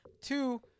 two